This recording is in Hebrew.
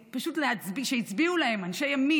שהצביעו לאנשי ימין,